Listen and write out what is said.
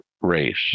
race